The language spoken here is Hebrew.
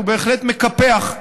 הוא בהחלט מקפח,